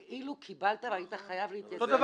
כאילו קיבלת והיית חייב להתייצב.